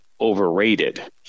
overrated